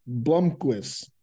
Blumquist